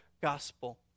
gospel